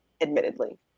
Admittedly